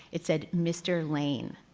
it said mr. lane.